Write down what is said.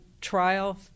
trial